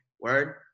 word